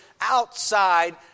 outside